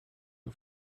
you